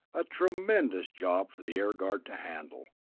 a tremendous job for the air guard to handle.